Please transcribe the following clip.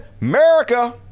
America